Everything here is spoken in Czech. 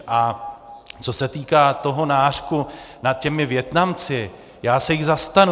A co se týká toho nářku nad těmi Vietnamci, já se jich zastanu.